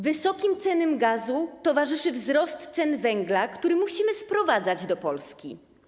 Wysokim cenom gazu towarzyszy wzrost cen węgla, który musimy sprowadzać do Polski.